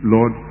Lord